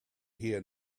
here